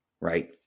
right